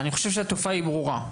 אני חושב שהתופעה היא ברורה,